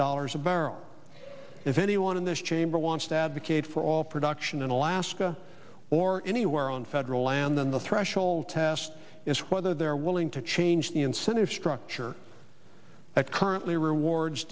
dollars a barrel if anyone in this chamber wants to advocate for all production in alaska or anywhere on federal land then the threshold test is whether they're willing to change the incentive structure that currently rewards